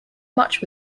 much